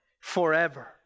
forever